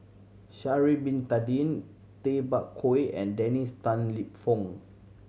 Sha'ari Bin Tadin Tay Bak Koi and Dennis Tan Lip Fong